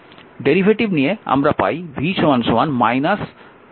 derivative নিয়ে আমরা পাই v 1200 π sin 100πt